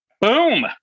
Boom